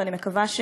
אני אומר לך,